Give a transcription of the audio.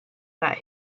that